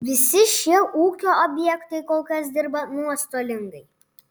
visi šie ūkio objektai kol kas dirba nuostolingai